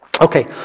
Okay